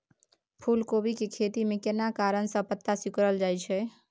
फूलकोबी के खेती में केना कारण से पत्ता सिकुरल जाईत छै?